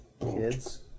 Kids